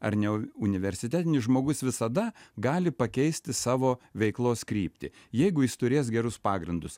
ar ne universitetinį žmogus visada gali pakeisti savo veiklos kryptį jeigu jis turės gerus pagrindus